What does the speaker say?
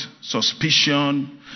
suspicion